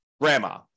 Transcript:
grandma